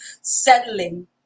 settling